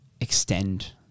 extend